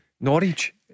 Norwich